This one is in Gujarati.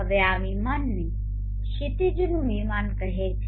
હવે આ વિમાનને ક્ષિતિજનું વિમાન કહેવામાં આવે છે